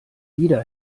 wieder